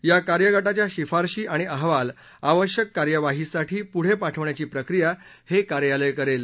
या कार्यगटाच्या शिफारसी आणि अहवाल आवश्यक कार्यवाहीसाठी पुढं पाठवण्याची प्रक्रिया हे कार्यालय करेल